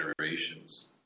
generations